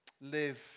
live